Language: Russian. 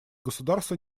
государства